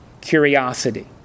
curiosity